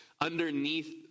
underneath